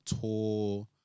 tour